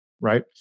right